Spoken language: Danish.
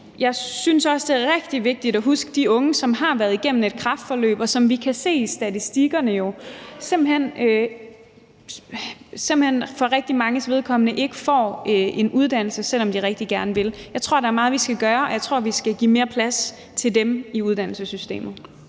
Jeg synes også, det er rigtig vigtigt at huske de unge, som har været igennem et kræftforløb, og som vi kan se i statistikkerne jo simpelt hen for rigtig manges vedkommende ikke får en uddannelse, selv om de rigtig gerne vil. Jeg tror, der er meget, vi skal gøre, og jeg tror, vi skal give mere plads til dem i uddannelsessystemet.